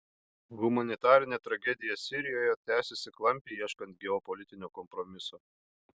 humanitarinė tragedija sirijoje tęsiasi klampiai ieškant geopolitinio kompromiso